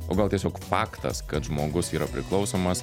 o gal tiesiog faktas kad žmogus yra priklausomas